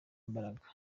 imbaraga